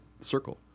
circle